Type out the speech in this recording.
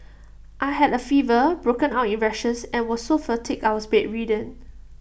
I had A fever broke out in rashes and was so fatigued I was bedridden